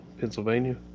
Pennsylvania